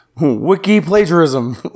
Wiki-plagiarism